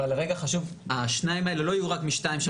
רגע, השניים האלו לא יהיו רק מ-2,